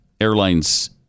Airlines